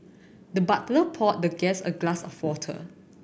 the butler poured the guest a glass of water